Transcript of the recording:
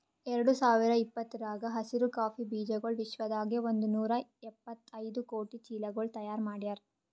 ಎರಡು ಸಾವಿರ ಇಪ್ಪತ್ತರಾಗ ಹಸಿರು ಕಾಫಿ ಬೀಜಗೊಳ್ ವಿಶ್ವದಾಗೆ ಒಂದ್ ನೂರಾ ಎಪ್ಪತ್ತೈದು ಕೋಟಿ ಚೀಲಗೊಳ್ ತೈಯಾರ್ ಮಾಡ್ಯಾರ್